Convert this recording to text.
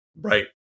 Right